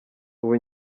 ubu